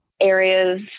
areas